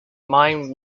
mine